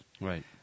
right